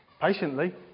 Patiently